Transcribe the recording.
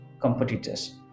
competitors